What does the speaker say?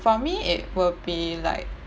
for me it would be like